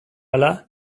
hala